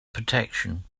protection